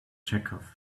chekhov